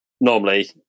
normally